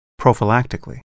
prophylactically